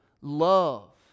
Love